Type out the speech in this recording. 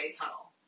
tunnel